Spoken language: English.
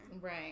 right